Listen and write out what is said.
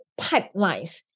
pipelines